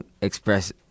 Express